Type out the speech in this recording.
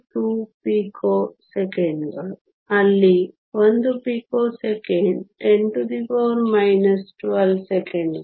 2 ಪಿಕೋಸೆಕೆಂಡುಗಳು ಅಲ್ಲಿ 1 ಪಿಕೋಸೆಕೆಂಡ್ 10 12 ಸೆಕೆಂಡುಗಳು